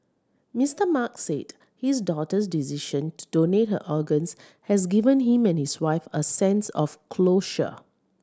Mister Mark said his daughter's decision to donate her organs has given him and his wife a sense of closure